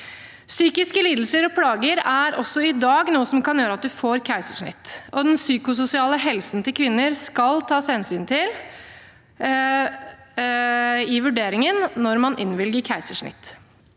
Psykiske lidelser og plager er også i dag noe som kan gjøre at man får keisersnitt, og den psykososiale helsen til kvinner skal tas hensyn til i vurderingen når man innvilger keisersnitt.